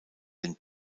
den